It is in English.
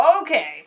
Okay